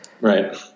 Right